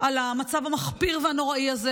על המצב המחפיר והנוראי הזה,